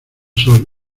sol